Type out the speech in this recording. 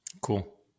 Cool